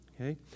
Okay